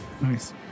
Nice